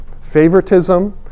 favoritism